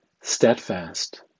steadfast